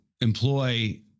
employ